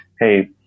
Hey